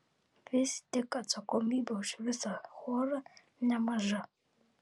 vis tik atsakomybė už visą chorą nemaža